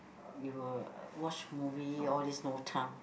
you will watch movie all these no time